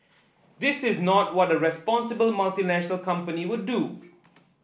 this is not what a responsible multinational company would do